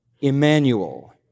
Emmanuel